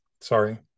Sorry